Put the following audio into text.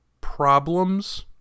problems